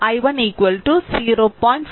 i1 0